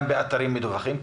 גם באתרים מדווחים,